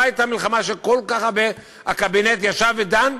הייתה מלחמה שכל כך הרבה ישב הקבינט ודן,